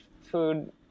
food